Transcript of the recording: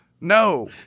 No